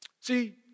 See